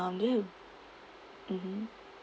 um do you h~ mmhmm